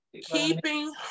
keeping